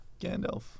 Gandalf